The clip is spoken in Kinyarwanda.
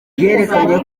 bwerekanye